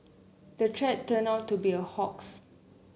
the threat turned out to be a hoax